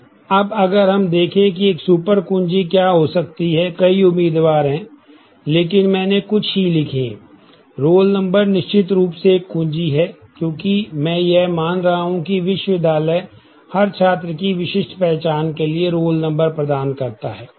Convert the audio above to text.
अब अगर हम देखें एक सुपर कुंजी क्या हो सकती है कई उम्मीदवार हैं लेकिन मैंने कुछ ही लिखें हैं रोल नंबर निश्चित रूप से एक कुंजी है क्योंकि मैं यह मान रहा हूं कि विश्वविद्यालय हर छात्र की विशिष्ट पहचान के लिए रोल नंबर प्रदान करता है